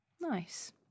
Nice